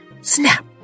Snap